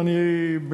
אלא אני,